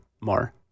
more